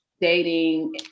dating